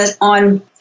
on